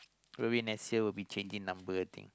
maybe next year will be changing number I think